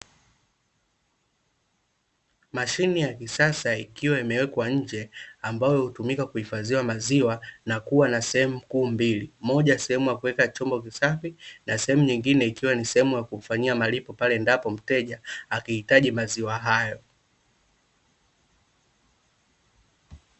Mashine ya kisasa ikiwa imewekwa nje ambayo hutumika kuhifadhia maziwa na kuwa na sehemu kuu mbili, moja sehemu ya kuweka chombo kisafi na sehemu nyingine ikiwa ni sehemu ya kufanyia malipo, pale endapo mteja, akihitaji maziwa hayo.